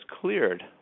cleared